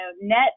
net